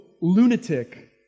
lunatic